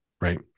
Right